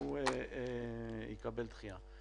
הוא יקבל דחייה.